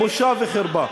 בושה וחרפה.